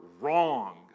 wrong